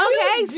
Okay